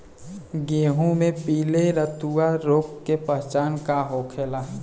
गेहूँ में पिले रतुआ रोग के पहचान का होखेला?